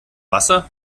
wasser